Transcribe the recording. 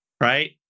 right